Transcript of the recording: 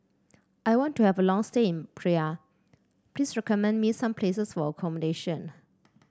I want to have a long stay Praia please recommend me some places for accommodation